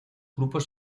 grupos